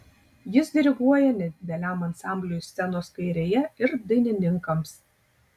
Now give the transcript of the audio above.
jis diriguoja nedideliam ansambliui scenos kairėje ir dainininkams